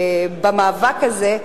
במאבק הזה,